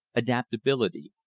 adaptability,